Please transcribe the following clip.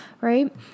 right